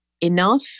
enough